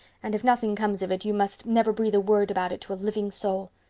and if nothing comes of it you must never breathe a word about it to a living soul.